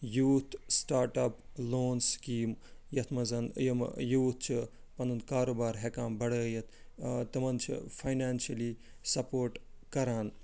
youth start up loan scheme یَتھ منٛز یِمہٕ یوٗتھ چھِ پنُن کارٕ بار ہٮ۪کان بَڑٲیِتھ تِمن چھِ فینانشلی سَپوٹ کَران